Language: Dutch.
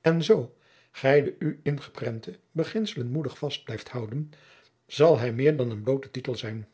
en zoo gij de u ingeprentte beginselen moedig vast blijft houden zal hij meer dan een bloote tijtel zijn